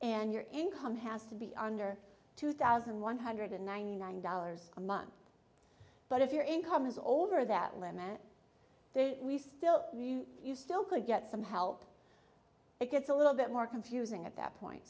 and your income has to be under two thousand one hundred ninety nine dollars a month but if your income is over that limit we still you still could get some help it gets a little bit more confusing at that point